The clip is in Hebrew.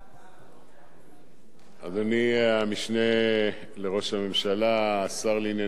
אדוני המשנה לראש הממשלה השר לענייני מודיעין ועניינים אסטרטגיים,